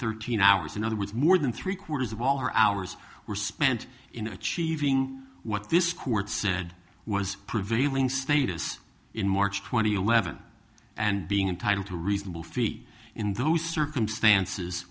thirteen hours in other words more than three quarters of all her hours were spent in achieving what this court said was prevailing status in march twentieth eleven and being entitled to a reasonable fee in those circumstances